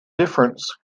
difference